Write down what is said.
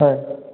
হয়